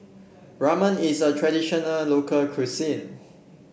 Ramen is a traditional local cuisine